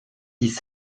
dix